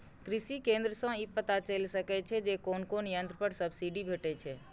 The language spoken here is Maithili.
कृषि केंद्र सं ई पता चलि सकै छै जे कोन कोन यंत्र पर सब्सिडी भेटै छै